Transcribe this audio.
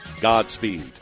Godspeed